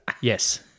Yes